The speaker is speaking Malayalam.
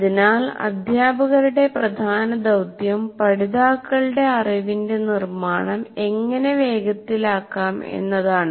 അതിനാൽഅധ്യാപകരുടെ പ്രധാന ദൌത്യം പഠിതാക്കളുടെ അറിവിന്റെ നിർമ്മാണം എങ്ങനെ വേഗത്തിലാക്ക്കാം എന്നതാണ്